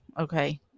Okay